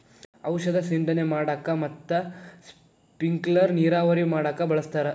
ಔಷದ ಸಿಂಡಣೆ ಮಾಡಾಕ ಮತ್ತ ಸ್ಪಿಂಕಲರ್ ನೇರಾವರಿ ಮಾಡಾಕ ಬಳಸ್ತಾರ